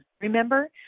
Remember